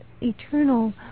eternal